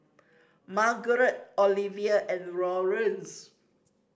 Margarette Oliva and Lawrence